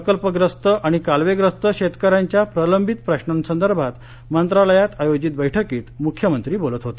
प्रकल्पग्रस्त आणि कालवेग्रस्त शेतकऱ्यांच्या प्रलंबित प्रश्नासंदर्भात मंत्रालयात आयोजित बैठकीत मुख्यमंत्री बोलत होते